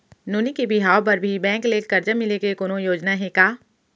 नोनी के बिहाव बर भी बैंक ले करजा मिले के कोनो योजना हे का?